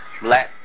Black